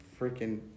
freaking